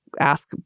ask